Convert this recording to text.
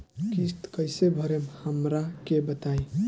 किस्त कइसे भरेम हमरा के बताई?